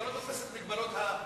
אתה לא תופס את מגבלות התפקיד שלך,